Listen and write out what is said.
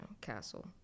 castle